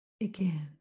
again